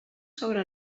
sobre